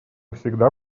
всегда